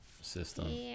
system